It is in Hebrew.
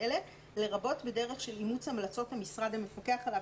זה דבר שדומה למה שיש במקומות עבודה.